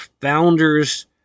founders